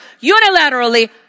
unilaterally